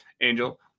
angel